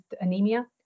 anemia